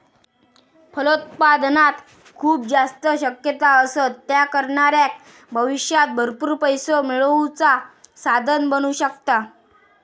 फलोत्पादनात खूप जास्त शक्यता असत, ता करणाऱ्याक भविष्यात भरपूर पैसो मिळवुचा साधन बनू शकता